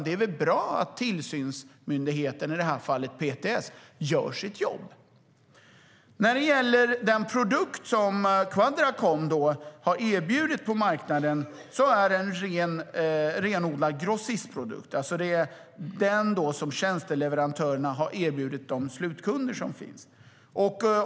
Det är väl bra att tillsynsmyndigheten, i det här fallet PTS, gör sitt jobb? Den produkt som Quadracom har erbjudit på marknaden är en renodlad grossistprodukt. Det är den som tjänsteleverantörerna har erbjudit de slutkunder som finns.